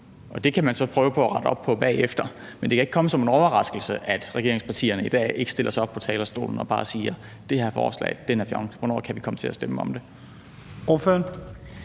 Det kan man så prøve på at rette op på bagefter, men det kan ikke komme som en overraskende, at regeringspartierne i dag ikke stiller sig op på talerstolen og bare siger: Det her forslag er fjong, så hvornår kan vi komme til at stemme om det?